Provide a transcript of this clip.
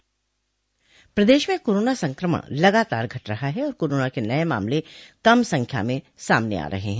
प्रदेश में कोरोना संकमण लगातार घट रहा है और कोरोना के नये मामले कम संख्या में सामने आ रहे हैं